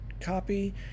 copy